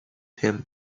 him